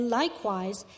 likewise